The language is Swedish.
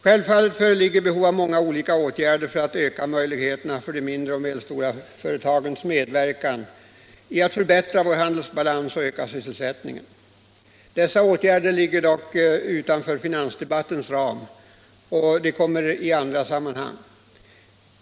Självfallet föreligger behov av många olika åtgärder för att öka möjligheterna för de mindre och medelstora företagens medverkan i att förbättra vår handelsbalans och öka sysselsättningen. Dessa åtgärder ligger dock utanför finansdebattens ram — de kommer i andra sammanhang.